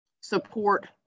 support